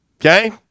okay